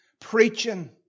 preaching